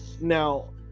Now